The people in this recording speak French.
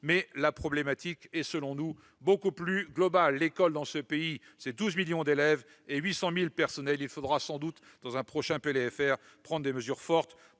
mais la problématique est, selon nous, beaucoup plus globale. L'école, dans ce pays, représente 12 millions d'élèves et 800 000 personnels. Il faudra sans doute, dans un prochain PLFR, prendre des mesures fortes